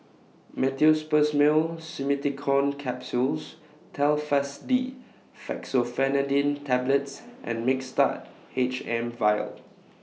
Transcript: Meteospasmyl Simeticone Capsules Telfast D Fexofenadine Tablets and Mixtard H M Vial